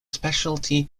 speciality